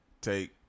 take